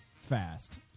fast